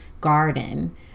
garden